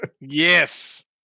Yes